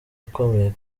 ukomeye